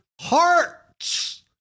hearts